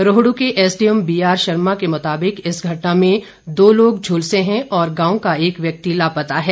रोहड् के SDM B R Sharma के मुताबिक इस घटना में दो लोग झुलसे हैं और गांव का एक व्यक्ति लापता है